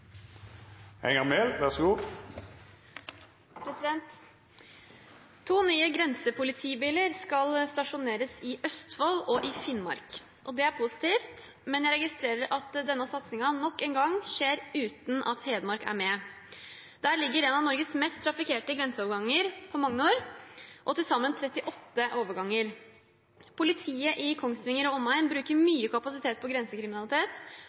positivt, men jeg registrerer at satsingen nok en gang skjer uten Hedmark. Der ligger en av Norges mest trafikkerte grenseoverganger, på Magnor, og til sammen 38 overganger. Politiet i Kongsvinger og omegn bruker mye kapasitet på